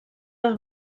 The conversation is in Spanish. los